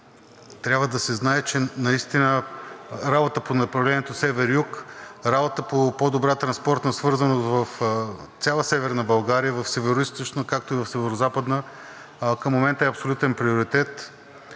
трябва да се знае, че наистина работата по направлението север-юг, работата по по-добрата транспортна свързаност в цяла Северна България, в Североизточна, както и в Северозападна, към момента е абсолютен приоритет.